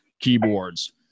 keyboards